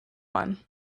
one